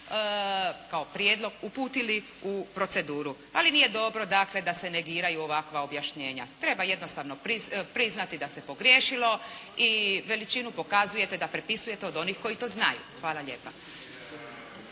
kao prijedlog uputili u proceduru, ali nije dobro dakle da se negiraju ovakva objašnjenja, treba jednostavno priznati da se pogriješilo. I veličinu pokazujete da prepisujete od onih koji to znaju. Hvala lijepa.